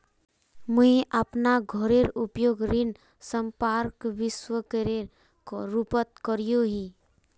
मुई अपना घोरेर उपयोग ऋण संपार्श्विकेर रुपोत करिया ही